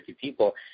people